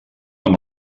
amb